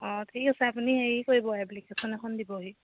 অঁ ঠিক আছে আপুনি হেৰি কৰিব এপ্লিকেশ্যন এখন দিবহি